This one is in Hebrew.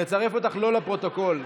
נצרף אותך שלא לפרוטוקול.